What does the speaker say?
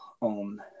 on